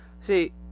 see